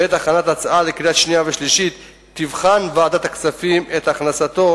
בעת הכנת ההצעה לקריאה שנייה ושלישית תבחן ועדת הכספים את הכנסתם